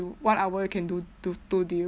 one hour you can do two two deal